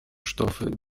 stoffe